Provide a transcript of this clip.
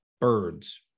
birds